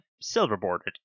silver-boarded